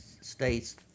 states